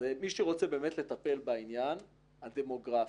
מי שרוצה לטפל בעניין הדמוגרפי,